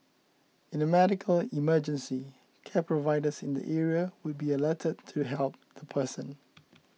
in a medical emergency care providers in the area would be alerted to help the person